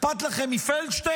אכפת לכם מפלדשטיין?